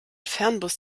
fernbus